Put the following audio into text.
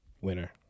Winner